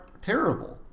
terrible